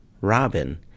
Robin